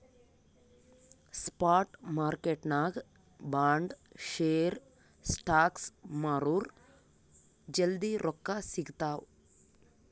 spot ಮಾರ್ಕೆಟ್ನಾಗ್ bond, share, stocks ಮಾರುರ್ ಜಲ್ದಿ ರೊಕ್ಕಾ ಸಿಗ್ತಾವ್